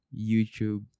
YouTube